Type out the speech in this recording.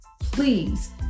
please